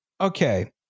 okay